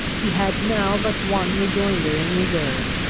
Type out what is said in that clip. he had now but one rejoinder in reserve.